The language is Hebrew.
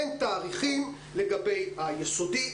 אין תאריכים לגבי היסודי,